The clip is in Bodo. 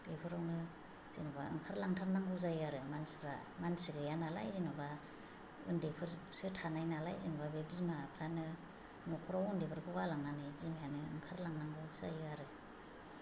बेफोरावनो जेनेबा ओंखारलांथारनांगौ जायो आरो मानसिफोरा मानसि गैया नालाय जेनेबा उन्दैफोरसो थानाय नालाय जेनेबा बे बिमाफोरानो न'खराव उन्दैफोरखौ गालांनानै बिमायानो ओंखारलांनांगौ जायो आरो